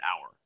hour